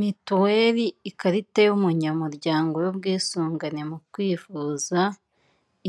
Mituweli ikarita y'umunyamuryango w'ubwisungane mu kwivuza,